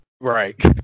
right